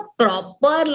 proper